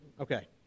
Okay